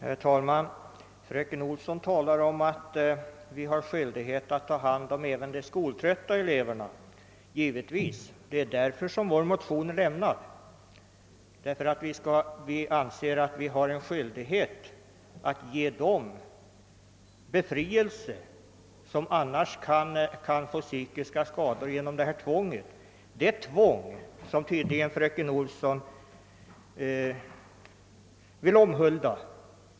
Herr talman! Fröken Olsson talar om att vi har skyldighet att ta hand om även de skoltrötta eleverna. Givetvis, det är därför som vår motion är lämnad. Vi anser att vi har skyldighet att ge dem befrielse, som annars kan få psykiska skador genom föreliggande tvång, det tvång som fröken Olsson tydligen vill omhulda.